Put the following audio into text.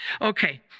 okay